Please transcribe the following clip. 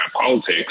politics